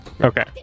Okay